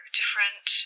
different